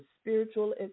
spiritual